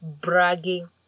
bragging